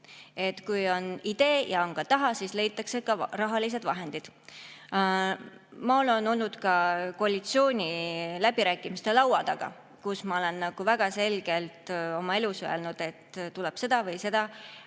kui on idee ja on tahe, siis leitakse ka rahalised vahendid. Ma olen olnud ka koalitsiooniläbirääkimiste laua taga, kus ma olen oma elus väga selgelt öelnud, et tuleb seda või seda